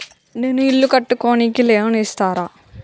నేను ఇల్లు కట్టుకోనికి లోన్ ఇస్తరా?